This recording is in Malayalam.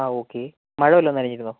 ആ ഓക്കെ മഴ വല്ലതും നനഞ്ഞിരുന്നോ